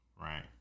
right